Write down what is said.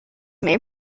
may